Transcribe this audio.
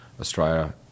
Australia